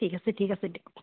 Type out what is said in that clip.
ঠিক আছে ঠিক আছে দিয়ক